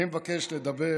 אני מבקש לדבר